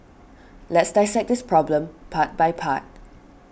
let's dissect this problem part by part